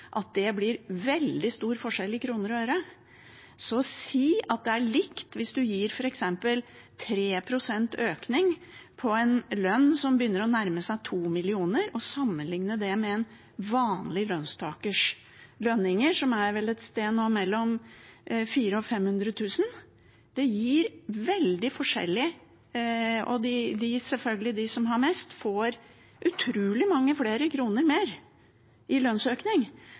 at det blir veldig stor forskjell i kroner og øre. Og til å si at det er likt: Å gi f.eks. 3 pst. økning på en lønn som begynner å nærme seg 2 mill. kr, og legge samme prosent på en vanlig lønnstakers lønn, som nå vel er et sted mellom 400 000 kr og 500 000 kr, gjør selvfølgelig at de som har mest, får utrolig mange flere kroner i lønnsøkning.